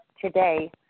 today